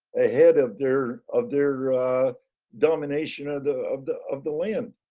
ahead of their of their domination of the of the of the land.